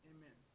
Amen